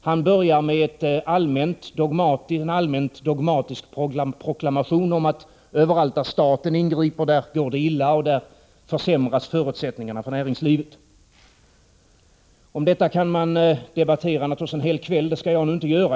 Han börjar med en allmänt dogmatisk proklamation om att överallt där staten ingriper går det illa, där försämras förutsättningarna för näringslivet. Om detta kan man naturligtvis debattera en hel kväll, det skall jag inte göra.